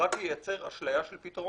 ורק ייצר אשליה של פתרון,